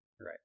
right